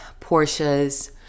Porsches